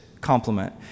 compliment